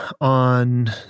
on